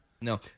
No